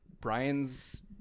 Brian's